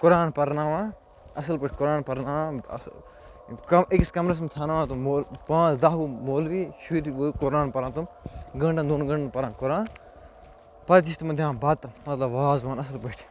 قران پَرناوان اَصٕل پٲٹھۍ قران پَرناوا اَصٕل أکِس کَمرس منٛز تھاوناوان تِم مول پانٛژھ دَہ وُہ مولوی شُرۍ وُہ قران پَران تِم گٲنٹَن دۄن گنٛٹَن پَران قران پَتہٕ چھِ تِمَن دِوان بَتہٕ مطلب وازوان اَصٕل پٲٹھۍ